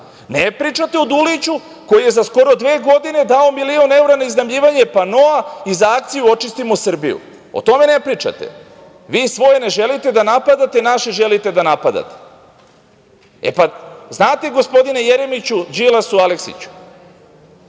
Ne pričate o Duliću koji je za skoro dve godine dao milion evra na iznajmljivanje panoa za akciju „Očistimo Srbiju“. O tome ne pričate. Vi svoje ne želite da napadate a naše želite da napadate. E, pa, znate, gospodine Jeremiću, Đilasu, Aleksiću,